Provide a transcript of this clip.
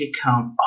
account